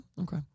Okay